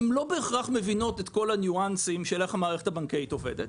הן לא בהכרח מבינות את כל הניואנסים של איך המערכת הבנקאית עובדת.